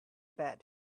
bed